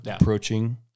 approaching